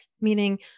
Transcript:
meaning